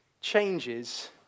changes